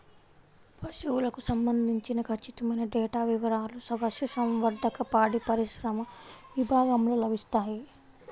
పశువులకు సంబంధించిన ఖచ్చితమైన డేటా వివారాలు పశుసంవర్ధక, పాడిపరిశ్రమ విభాగంలో లభిస్తాయి